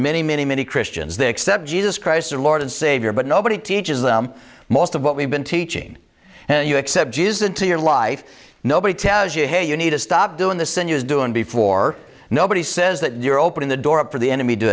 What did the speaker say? many many many christians they accept jesus christ as lord and savior but nobody teaches them most of what we've been teaching and you accept jesus into your life nobody tells you hey you need to stop doing the sinews doing before nobody says that you're opening the door for the enemy